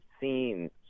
seen